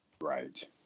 Right